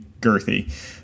girthy